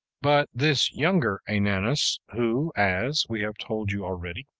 but this younger ananus, who, as we have told you already,